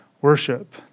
worship